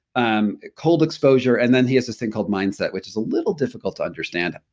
um cold exposure and then he has this thing called mindset which is a little difficult to understand.